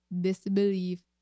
Disbelief